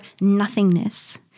nothingness